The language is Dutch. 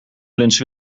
lunchen